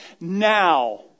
now